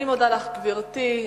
אני מודה לך, גברתי.